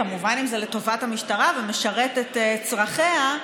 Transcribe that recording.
כמובן אם זה לטובת המשטרה ומשרת את צרכיה,